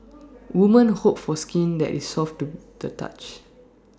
woman hope for skin that is soft to the touch